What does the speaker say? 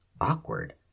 awkward